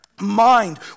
mind